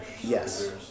Yes